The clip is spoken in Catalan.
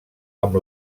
amb